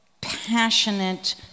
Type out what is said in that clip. passionate